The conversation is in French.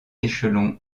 échelon